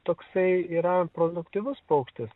toksai yra produktyvus paukštis